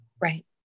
Right